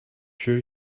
sure